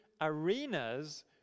arenas